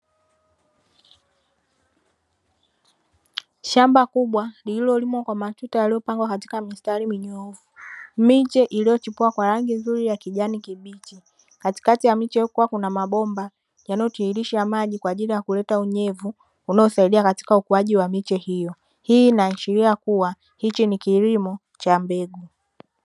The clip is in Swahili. Shamba kubwa lililolimwa kwa matuta yaliyopangwa katika mistari minyoofu, miche iliyochipua kwa rangi nzuri ya kijani kibichi. Katikati ya miche kukiwa kuna mabomba yanayotiririsha maji kwa ajili ya kuleta unyevu unaosaidia katika ukuaji wa miche hiyo. Hii inaashiria kuwa hiki ni kilimo cha mbegu.